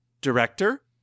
director